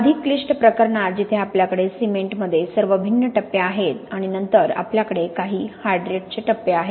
अधिक क्लिष्ट प्रकरणात जिथे आपल्याकडे सिमेंटमध्ये सर्व भिन्न टप्पे आहेत आणि नंतर आपल्याकडे काही हायड्रेट टप्पे आहेत